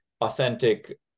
authentic